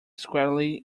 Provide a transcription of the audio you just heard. squarely